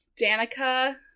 Danica